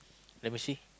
let me see